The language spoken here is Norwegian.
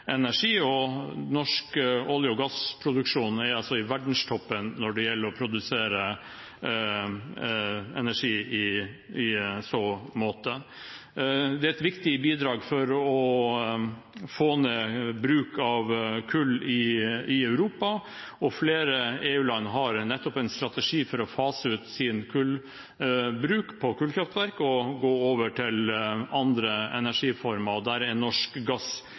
energi, og norsk olje- og gassproduksjon er altså i verdenstoppen når det gjelder å produsere energi i så måte. Det er et viktig bidrag for å få ned bruk av kull i Europa, og flere EU-land har en strategi nettopp for å fase ut sin kullbruk i kullkraftverk og gå over til andre energiformer, og der er norsk gass